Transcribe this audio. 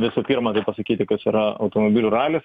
visų pirma tai pasakyti kas yra automobilių ralis